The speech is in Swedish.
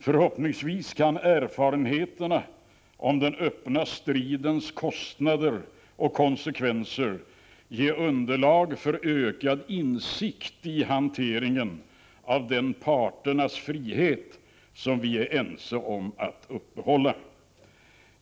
Förhoppningsvis kan erfarenheterna av den öppna stridens kostnader och konsekvenser ge underlag för ökad insikt i hanteringen av den parternas frihet som vi är ense om att uppehålla.